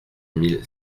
mille